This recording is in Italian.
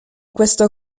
questo